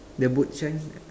the boot shine